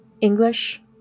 English